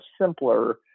simpler